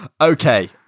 Okay